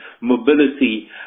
mobility